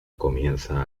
comienza